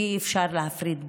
ואי-אפשר להפריד ביניהם.